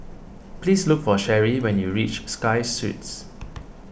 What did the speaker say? please look for Sherie when you reach Sky Suites